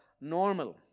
normal